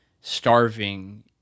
starving